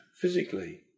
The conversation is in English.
physically